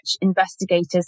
investigators